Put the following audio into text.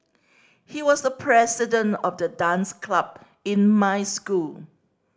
he was the president of the dance club in my school